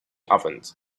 ovens